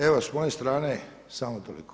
Evo s moje strane samo toliko.